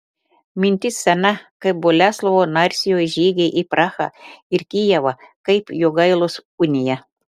mintis sena kaip boleslovo narsiojo žygiai į prahą ir kijevą kaip jogailos unija